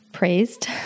Praised